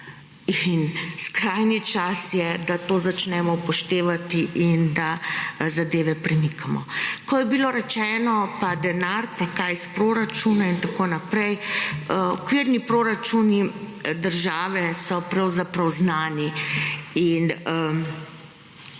In skrajni čas je, da to začnemo upoštevati in da zadeve premikamo. Ko je bilo rečeno pa denar, pa kaj s proračuna in tako naprej, okvirni proračuni države so pravzaprav znani in